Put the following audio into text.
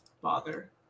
bother